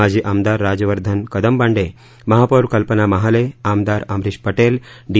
माजी आमदार राजवर्धन कदमबांडे महापौर कल्पना महाले आमदार अमरीश पटेल डी